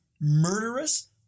murderous